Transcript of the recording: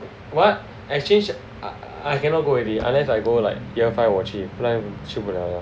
what exchange I cannot go already unless I go like year five 我去不然去不了